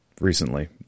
recently